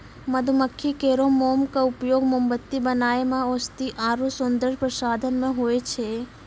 मधुमक्खी केरो मोम क उपयोग मोमबत्ती बनाय म औषधीय आरु सौंदर्य प्रसाधन म होय छै